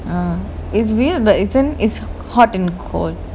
ah is weird but isn't is hot and cold